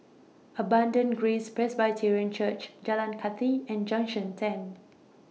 Abundant Grace Presbyterian Church Jalan Kathi and Junction ten